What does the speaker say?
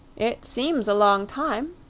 it seems a long time,